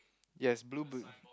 yes blue bl~